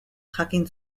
jakin